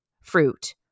fruit